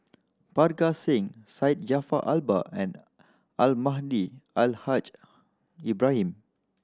Parga Singh Syed Jaafar Albar and Almahdi Al Haj Ibrahim